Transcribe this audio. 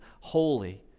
holy